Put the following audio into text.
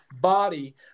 body